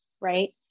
right